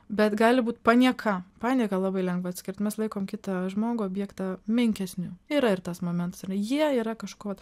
bet gali būt panieka panieką labai lengva atskirt mes laikom kitą žmogų objektą menkesniu yra ir tas momentas ar ne jie yra kažkuo vat